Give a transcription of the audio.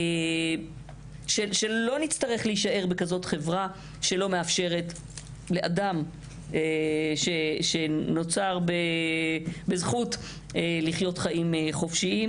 שלא נצטרך להישאר בחברה שלא מאפשרת לאדם שנוצר בזכות לחיות חיים חופשיים